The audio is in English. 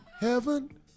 Heaven